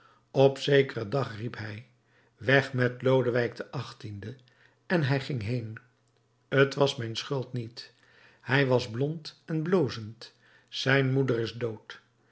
op zekeren dag riep hij weg met lodewijk xviii en hij ging heen t was mijn schuld niet hij was blond en blozend zijn moeder is dood